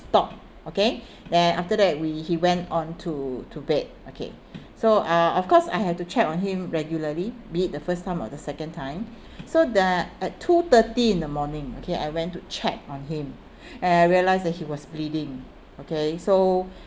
stop okay then after that we he went on to to bed okay so uh of course I have to check on him regularly be it the first time or the second time so uh at two thirty in the morning okay I went to check on him and I realised that he was bleeding okay so